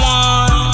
one